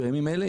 בימים אלה,